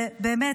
ובאמת,